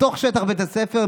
בתוך שטח בית הספר,